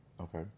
Okay